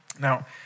Now